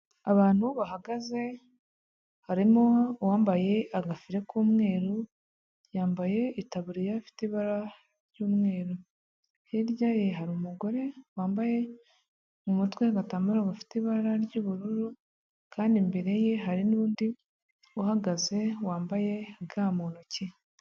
Abantu bahagaze harimo uwambaye agafere k'umweru yambaye itaburiyafite ibara ry'umweru hirya ye hari umugore wambaye mu mutwe w'agatambaro ga ufite ibara ry'ubururu kandi imbere ye hari n'undi uhagaze wambaye ga mu ntoki.